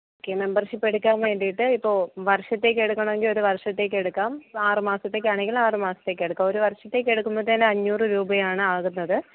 okay membership എടുക്കാൻ വേണ്ടിയിട്ട് ഇപ്പോൾ വർഷത്തേക്കെടുക്കണമെങ്കിൽ ഒരു വർഷത്തേക്കെടുക്കാം ഇപ്പം ആറ് മാസത്തേക്കാണെങ്കിൽ ആറ് മാസത്തേക്കെടുക്കാം ഒരു വർഷത്തേക്കെടുക്കുമ്പോഴത്തേന് അഞ്ഞൂറ് രൂപയാണ് ആകുന്നത്